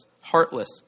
heartless